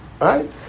right